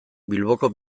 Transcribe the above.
bilboko